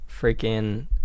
freaking